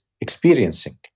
experiencing